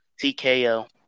TKO